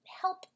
help